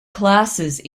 classes